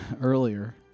earlier